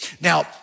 Now